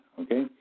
okay